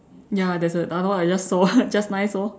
ya there is another one I just saw just nice orh